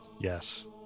Yes